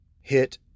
hit